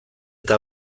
eta